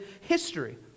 history